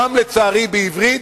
גם, לצערי, בעברית,